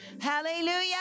Hallelujah